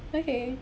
okay